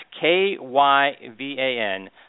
K-Y-V-A-N